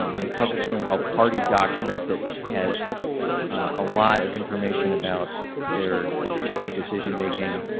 um they published something called party documents that has a lot of information about their strategic decision making.